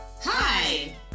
Hi